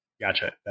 Gotcha